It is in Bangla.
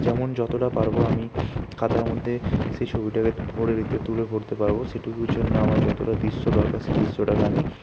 যেমন যতটা পারব আমি খাতার মধ্যে সেই ছবিটাকে ভরে নিতে তুলে ধরতে পারব সেটুকুর জন্য আমার যতটা দৃশ্য দরকার সেই দৃশ্যটাকে আমি